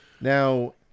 Now